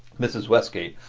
mrs. westgate,